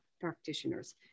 practitioners